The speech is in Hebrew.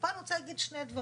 ופה אני רוצה להגיד שני דברים.